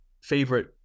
favorite